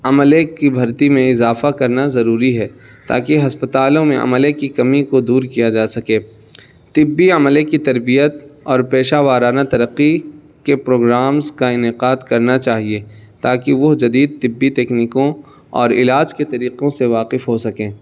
عملے کی بھرتی میں اضافہ کرنا ضروری ہے تاکہ ہسپتالوں میں عملے کی کمی کو دور کیا جا سکے طبی عملے کی تربیت اور پیشہ ورانہ ترقی کے پروگرامس کا انعقاد کرنا چاہیے تاکہ وہ جدید طبی تکنیکوں اور علاج کے طریقوں سے واقف ہو سکیں